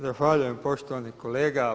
Zahvaljujem poštovani kolega.